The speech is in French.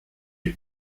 est